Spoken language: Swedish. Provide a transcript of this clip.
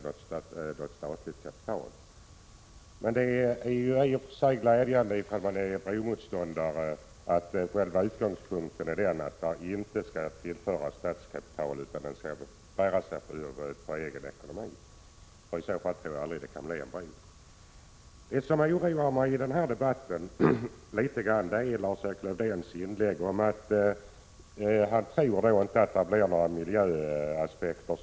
Om man är bromotståndare är det i och för sig mycket glädjande att själva utgångspunkten är att statligt kapital inte skall tillföras utan bron skall självfinansieras. I så fall tror jag inte att det kan bli någon bro. Det som litet grand oroar mig i denna debatt är Lars-Erik Lövdéns inlägg om att han inte tror att det blir några negativa miljöeffekter.